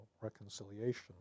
reconciliation